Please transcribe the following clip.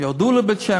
האלה ירדו לבית-שמש,